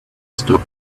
stop